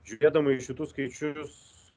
žiūrėdama į šitus skaičius